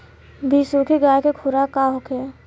बिसुखी गाय के खुराक का होखे?